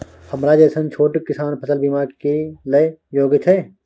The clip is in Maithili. हमरा जैसन छोट किसान फसल बीमा के लिए योग्य छै?